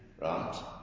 Right